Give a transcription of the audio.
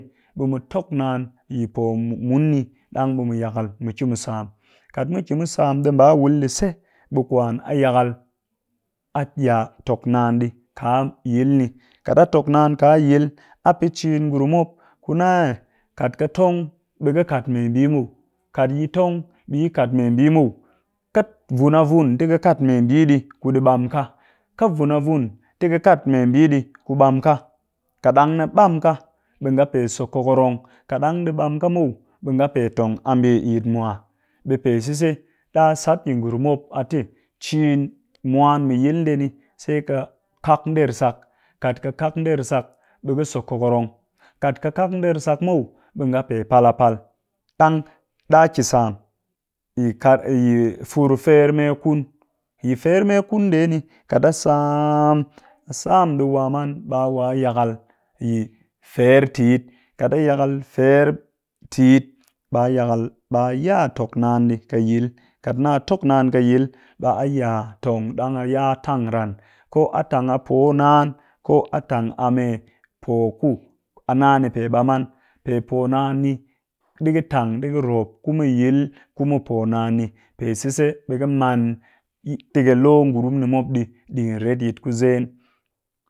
Ɓe mu tok naan yi po mu mun dang mu yakal mu ki mu sam kat mu ki mu sam ɗi ɓa wul ɗi se, be kwan a yakal a ya tok naan ɗii ka yil ni, kat tok naan kaa yil ni, a pɨ ciin ngurum mop ƙɨ nna eh kat ƙi tong ɓe ƙɨ kat mee mbii muw, kat yi tong ɓe yi kat mee mbii muw, ƙɨ vun a vun tɨ ƙɨ kat mee mbii ɗi ku ni ɗi ɓam ka, ƙɨ vun a vun ti ƙɨ kat mee mbii ku ɗi ɓam ka, kat ɗang ɗi ɓam ka ɓe ƙɨ so kokorong, kat ɗang ɗi ɓam ka muw ɓe nga pe tong a mbii yitmwa, ɓe pe sise, ɗa sat yi ngurum mop a tɨ ciin mu mwan mu yil ndee ni sai ƙɨ kak nder sak, kat ƙɨ kak nder sak ɓe ƙɨ so kokorong. Kat ƙɨkak nder sak muw ɓe nga pe pal a pal. Ɗang ɗa ki sam yi ka fur fermekun, yi fer memkun ndee ni, kat a saaam, ɓe sam ɗi wam an ɓe a wa yakal yi fer tit, kat a yakal yi fer tit, ɓa yakal ya a tok naan ƙɨ yil, kat na tok naan ƙɨ yil ɓa ya tong ɗang a ya tang ran, ko a tang a poo naan ko a tang a mee po ku a nna ni pe ɓam an pe poo naan ni ɗi ka tang ɗi ka rop ku mu yil ku mum poo naan ni. Pe sise, ɓe ka man lo ngurum ni mop ɗii, ɗigin retyit ku zen